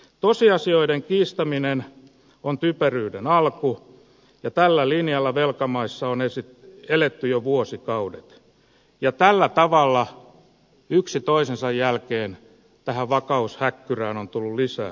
tosiasioiden kiistäminen on typeryyden alku ja tällä linjalla velkamaissa on eletty jo vuosikaudet ja tällä tavalla yksi toisensa jälkeen tähän vakaushäkkyrään on tullut lisää maksettavaa